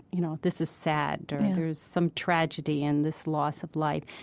you know, this is sad or there's some tragedy in this loss of life.